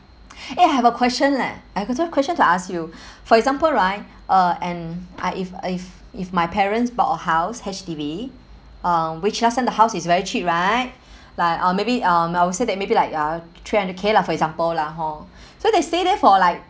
eh I have a question leh I got some question to ask you for example right uh and I if if if my parents bought a house H_D_B um which last time the house is very cheap right like uh maybe uh I would say that maybe like uh three hundred K lah for example lah hor so they stay there for like